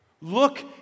look